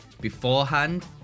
beforehand